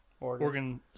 Oregon